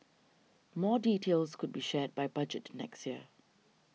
more details could be shared by budget next year